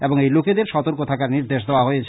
এবং এই লোকেদের সতর্ক থাকার নির্দেশ দেওয়া হয়েছে